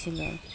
ফুলৰ